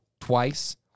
twice